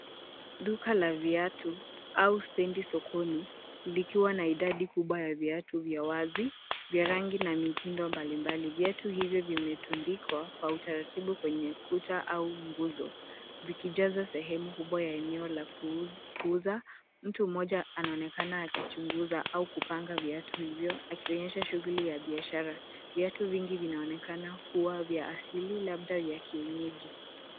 Duka la au stendi sokoni lilikuwa na idadi kubwa ya vyatu vingi, vyarangi na vyenye mitindo mbalimbali. Viatu hivyo vimetundikwa kwa utaratibu kwenye kuta au mbuzo. Sehemu kubwa ya enyo la kuza imejazwa, na mtu mmoja anaonekana akichunguza au kupanga vyatu hivyo, akionyesha shughuli ya biashara. Viatu vingi vinaonekana kuwa vya asili, labda vya kienyeji.